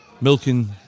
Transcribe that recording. milking